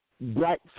black